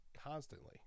constantly